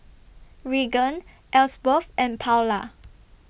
Reagan Elsworth and Paola